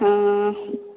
ହଁ